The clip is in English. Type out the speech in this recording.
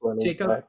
Jacob